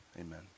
amen